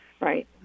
Right